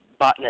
botnet